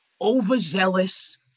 Overzealous